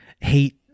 hate